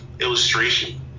illustration